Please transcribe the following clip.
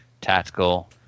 tactical